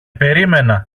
περίμενα